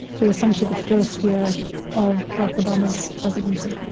to essentially the first year of barack obama's presidency.